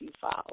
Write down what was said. files